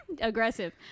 Aggressive